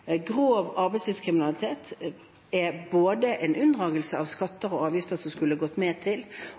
Grov arbeidslivskriminalitet er en unndragelse av skatter og avgifter som skulle ha gått til